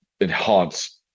enhance